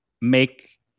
make